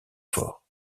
fort